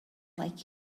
like